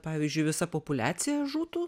pavyzdžiui visa populiacija žūtų